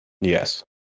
yes